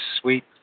Sweet